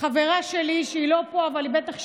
חברה שלי, שהיא לא פה אבל היא בטח שומעת,